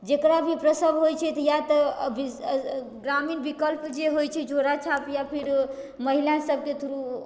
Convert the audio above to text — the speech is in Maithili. जेकरा भी प्रसव होइत छै तऽ या तऽ ग्रामीण विकल्प जे होइत छै झोला छाप या फिर महिला सभके थ्रू